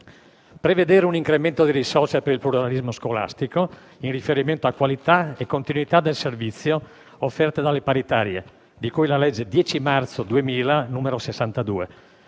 prevedere un incremento di risorse per il pluralismo scolastico in riferimento alla qualità e alla continuità del servizio offerto dalle paritarie, di cui alla legge n. 62 del 10 marzo 2000 e, a